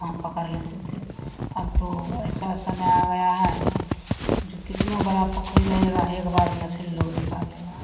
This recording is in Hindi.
वहाँ पकड़ लेते थे अब तो ऐसा समय आ गया है जो कितनो बड़ी पोख़री रहेगी एक बार में मछली लोग निकाल लेगा